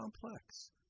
complex